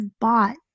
bought